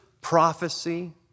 prophecy